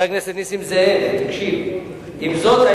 עם זאת,